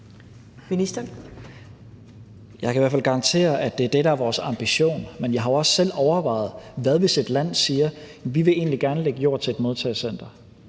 Jeg kan i hvert fald garantere, at det er det, der er vores ambition. Men jeg har jo også selv overvejet det. Hvad hvis et land siger: Vi vil egentlig gerne lægge jord til et modtagecenter,